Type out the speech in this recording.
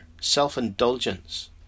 Self-indulgence